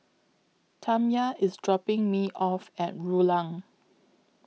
Tamya IS dropping Me off At Rulang